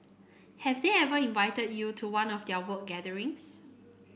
have they ever invited you to one of their work gatherings